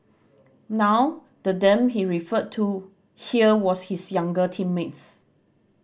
now the them he referred to here was his younger teammates